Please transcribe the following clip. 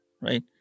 right